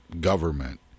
government